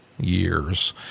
years